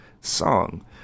song